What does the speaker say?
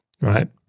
right